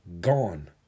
gone